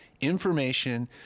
information